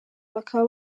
bakaba